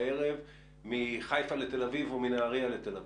מ-20:30-21:00 מחיפה לתל אביב או מנהריה לתל אביב?